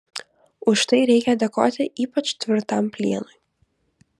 už tai reikia dėkoti ypač tvirtam plienui